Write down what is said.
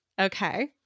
okay